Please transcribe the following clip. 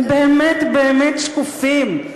הם באמת באמת שקופים,